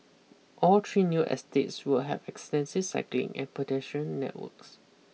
all three new estates will have extensive cycling and pedestrian networks